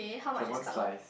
is a one slice